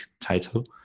title